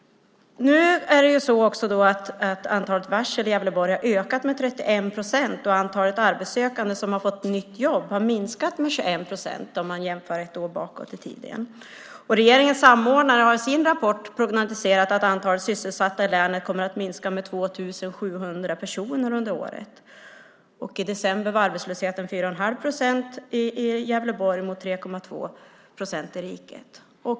Nu är det också så att antalet varsel i Gävleborg har ökat med 31 procent och antalet arbetssökande som har fått nytt jobb minskat med 21 procent om man jämför ett år bakåt i tiden. Regeringens samordnare har i sin rapport prognostiserat att antalet sysselsatta i länet kommer att minska med 2 700 personer under året. I december var arbetslösheten 4 1⁄2 procent i Gävleborg mot 3,2 procent i riket.